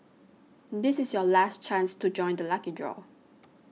this is your last chance to join the lucky draw